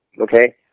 Okay